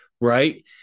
Right